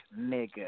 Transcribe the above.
nigga